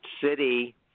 city